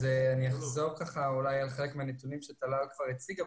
אז אני אחזור ככה אולי על חלק מהנתונים שטלל כבר הציגה.